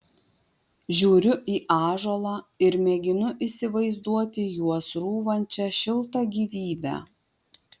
žiūriu į ąžuolą ir mėginu įsivaizduoti juo srūvančią šiltą gyvybę